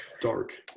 dark